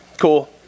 cool